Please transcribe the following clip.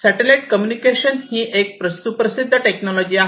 satellite communication ही एक सुप्रसिद्ध टेक्नॉलॉजी आहे